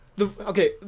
Okay